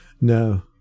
No